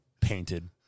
painted